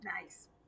Nice